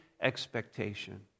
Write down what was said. expectation